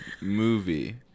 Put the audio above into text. movie